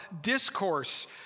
discourse